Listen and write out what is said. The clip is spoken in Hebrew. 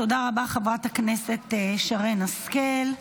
תודה רבה, חברת הכנסת שרן השכל.